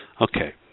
Okay